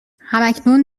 هماکنون